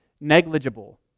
negligible